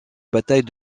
bataille